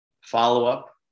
follow-up